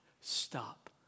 stop